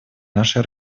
нашей